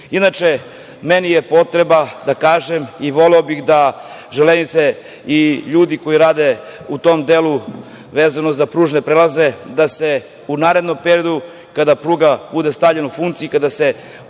meni je potreba da kažem i voleo bih da železnice i ljudi koji rade u tom delu vezano za pružne prelaze da se u narednom periodu kada pruga bude stavljena u funkciju i kada se odradi